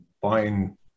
buying